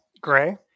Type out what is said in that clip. Gray